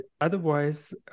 otherwise